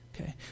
Okay